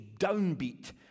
downbeat